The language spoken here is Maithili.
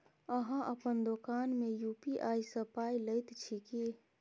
अहाँ अपन दोकान मे यू.पी.आई सँ पाय लैत छी की?